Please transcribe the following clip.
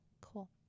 cool